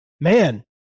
man